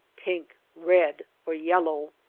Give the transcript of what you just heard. pink, red, or yellow.